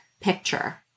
picture